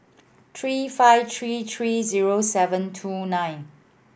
three five three three zero seven two nine